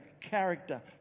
character